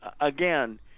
again